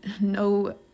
no